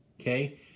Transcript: Okay